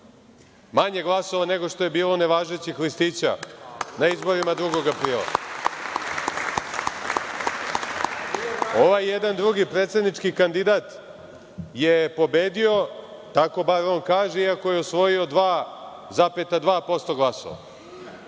manje glasova nego što je bilo nevažećih listića na izborima 2. aprila. Ovaj jedan drugi predsednički kandidat je pobedio, tako bar on kaže, iako je osvojio 2,2% glasova,